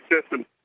system